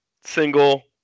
single